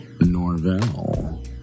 Norvell